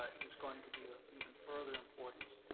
it is going to be of even further importance,